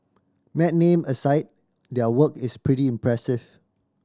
mad name aside their work is pretty impressive